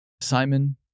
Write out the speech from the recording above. Simon